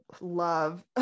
love